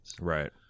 Right